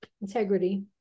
integrity